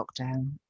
lockdown